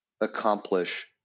accomplish